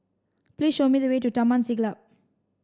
please show me the way to Taman Siglap